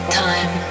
time